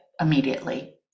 immediately